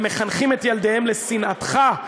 הם מחנכים את ילדיהם לשנאתך,